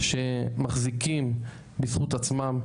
שמחזיקים בזכות עצמם,